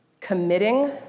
committing